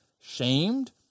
shamed